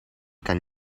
kan